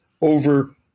over